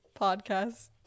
podcast